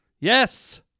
Yes